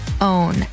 own